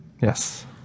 Yes